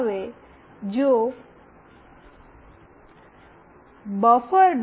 હવે જો બફર